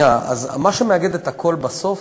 זה מאגד את הכול.